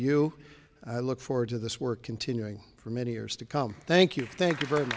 you i look forward to this work continuing for many years to come thank you thank you very much